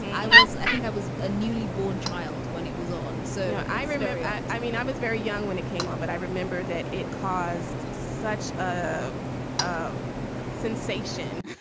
i was i think i was a newly born child when it was on. so i remember yeah i mean, i was very young when it came on, but i remember that it caused such ah um sensation